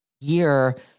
year